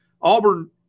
Auburn